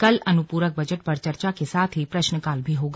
कल अनुपूरक बजट पर चर्चा के साथ ही प्रश्नकाल भी होगा